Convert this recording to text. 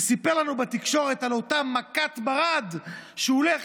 סיפר לנו בתקשורת על אותה מכת ברד שהוא הולך